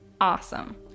awesome